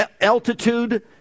altitude